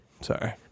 sorry